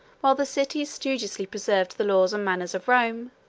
while the cities studiously preserved the laws and manners of rome,